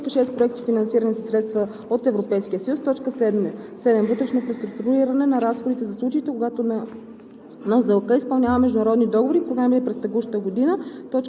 лв.; 5. получени трансфери за изпълнение на Националния план за действие по заетостта; 6. проекти, финансирани със средства от Европейския съюз; 7. вътрешно преструктуриране на разходите за случаите, когато НЗОК